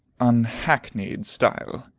unhackneyed style.